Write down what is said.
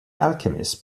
alchemist